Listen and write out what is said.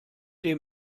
dem